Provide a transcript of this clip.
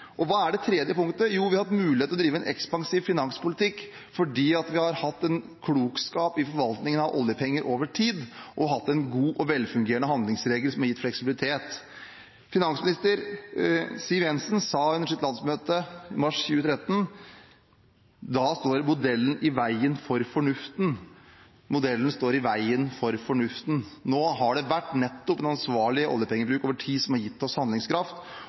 økonomi. Hva er det tredje punktet? Jo, vi har hatt mulighet til å drive en ekspansiv finanspolitikk fordi vi har hatt en klokskap i forvaltningen av oljepenger over tid og hatt en god og velfungerende handlingsregel som har gitt fleksibilitet. Finansminister Siv Jensen sa under sitt landsmøte mars 2013: Da står modellen i veien for fornuften. Modellen står i veien for fornuften. Nå har det vært nettopp en ansvarlig oljepengebruk over tid som har gitt oss handlingskraft,